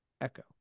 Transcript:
Echo